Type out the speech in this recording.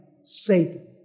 Satan